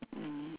mm